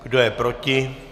Kdo je proti?